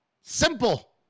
Simple